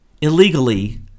illegally